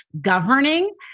governing